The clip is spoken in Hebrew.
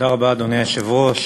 אדוני היושב-ראש,